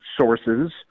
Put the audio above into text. sources